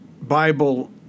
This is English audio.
Bible